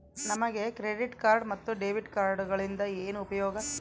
ನಮಗೆ credit card ಮತ್ತು debit ಕಾರ್ಡುಗಳಿಂದ ಏನು ಉಪಯೋಗ?